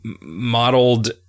modeled